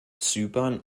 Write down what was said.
zypern